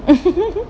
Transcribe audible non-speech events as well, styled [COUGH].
[LAUGHS]